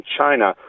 China